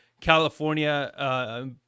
California